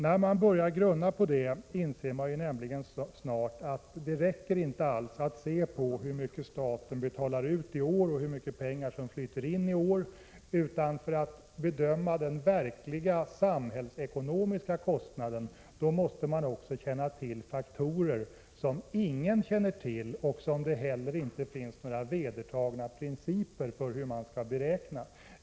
Börjar man fundera på det inser man snart att det inte räcker alls att se hur mycket staten betalar ut i år och hur mycket pengar som flyter in. För att bedöma den verkliga samhällsekonomiska kostnaden måste man också känna till faktorer som ingen känner till, och det finns inte heller några vedertagna principer för hur allt skall beräknas.